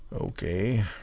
okay